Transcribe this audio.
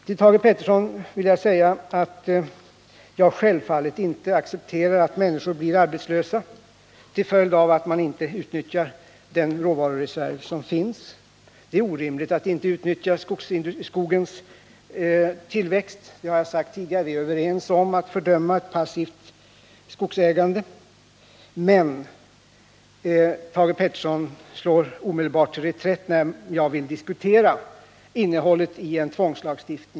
Till Thage Peterson vill jag säga att jag självfallet inte accepterar att människor blir arbetslösa till följd av att den råvarureserv som finns inte utnyttjas. Det är orimligt att inte utnyttja skogens tillväxt — det har jag sagt tidigare. Vi är överens om att fördöma ett passivt skogsägande. Men Thage Peterson slår omedelbart till reträtt, när jag vill diskutera innehållet i en tvångslagstiftning.